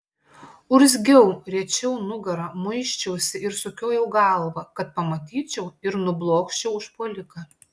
urzgiau riečiau nugarą muisčiausi ir sukiojau galvą kad pamatyčiau ir nublokščiau užpuoliką